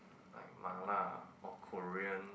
like Mala or Korean